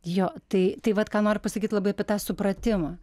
jo tai tai vat ką noriu pasakyt labai apie tą supratimą